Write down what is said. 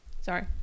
Sorry